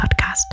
podcast